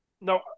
No